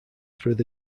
through